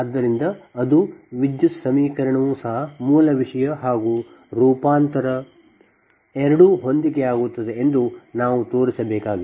ಆದ್ದರಿಂದ ಅದು ವಿದ್ಯುತ್ ಸಮೀಕರಣವೂ ಸಹ ಮೂಲ ವಿಷಯ ಮತ್ತು ರೂಪಾಂತರ ಎರಡೂ ಹೊಂದಿಕೆಯಾಗುತ್ತಿದೆ ಎಂದು ನಾವು ತೋರಿಸಬೇಕಾಗಿದೆ